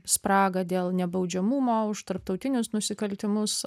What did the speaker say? spraga dėl nebaudžiamumo už tarptautinius nusikaltimus